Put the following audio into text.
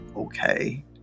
okay